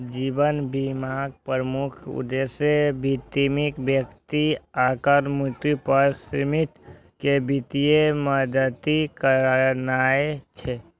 जीवन बीमाक प्रमुख उद्देश्य बीमित व्यक्तिक अकाल मृत्यु पर आश्रित कें वित्तीय मदति करनाय छै